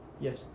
Yes